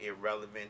irrelevant